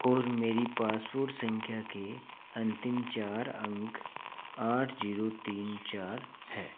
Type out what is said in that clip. और मेरी पासपोर्ट संख्या के अंतिम चार अंक आठ जीरो तीन चार है